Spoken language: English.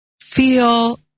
feel